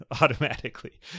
automatically